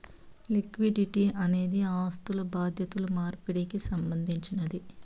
liquidity అనేది ఆస్థులు బాధ్యతలు మార్పిడికి సంబంధించినది